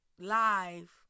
live